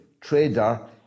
trader